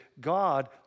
God